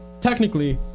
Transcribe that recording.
technically